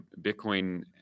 Bitcoin